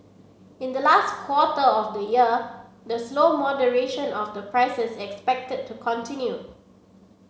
in the last quarter of the year the slow moderation of the prices is expected to continue